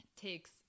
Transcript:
takes